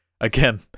again